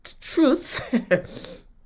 truths